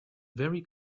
very